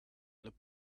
the